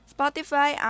Spotify